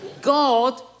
God